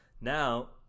now